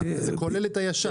זה כולל את הישן.